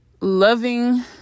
loving